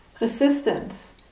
resistance